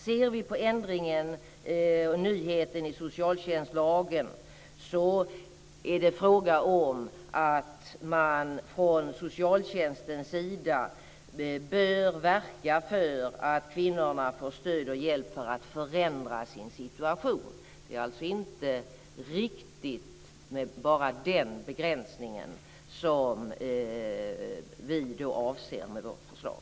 Ser vi på ändringen och nyheten i socialtjänstlagen är det fråga om att man från socialtjänstens sida bör verka för att kvinnorna får stöd och hjälp för att förändra sin situation. Det är alltså inte riktigt bara den begränsningen som vi avser med vårt förslag.